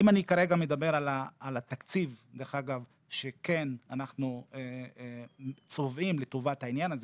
אם אני מדבר על התקציב שכן אנחנו צובעים לטובת העניין הזה,